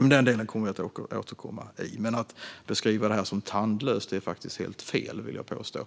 I den delen kommer vi att återkomma. Men att beskriva det här som tandlöst är helt fel, vill jag påstå.